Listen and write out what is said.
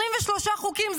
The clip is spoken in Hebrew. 23 חוקים,